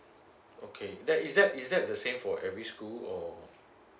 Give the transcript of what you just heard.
okay that is that is that the same for every school or